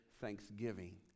thanksgiving